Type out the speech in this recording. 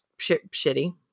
shitty